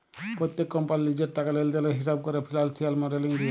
প্যত্তেক কম্পালির লিজের টাকা লেলদেলের হিঁসাব ক্যরা ফিল্যালসিয়াল মডেলিং দিয়ে